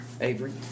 Avery